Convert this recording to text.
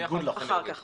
אני אחר כך אדבר,